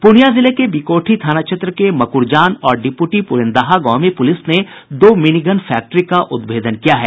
पूर्णियां जिले के बीकोठी थाना क्षेत्र के मकुरजान और डिप्रटी पुरेदाहा गांव में पुलिस ने दो मिनी गन फैक्ट्री का उद्भेदन किया है